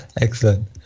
excellent